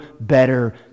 better